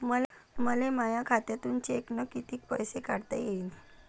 मले माया खात्यातून चेकनं कितीक पैसे काढता येईन?